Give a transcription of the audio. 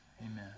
amen